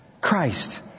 Christ